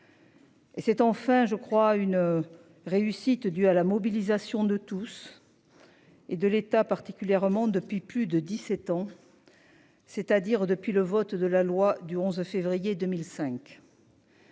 Et cette, enfin je crois une. Réussite due à la mobilisation de tous. Et de l'État particulièrement depuis plus de 17 ans. C'est-à-dire depuis le vote de la loi du 11 février 2005.--